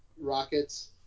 rockets